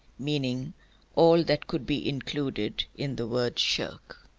meaning all that could be included in the word shirk.